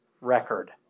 record